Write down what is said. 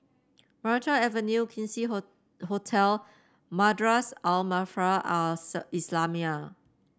Maranta Avenue Quincy Hotel Madrasah Al Maarif Al Islamiah